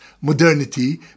modernity